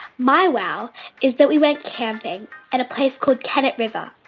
my wow is that we went camping at a place called kennett river.